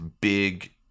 big